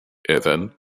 evan